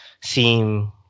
seem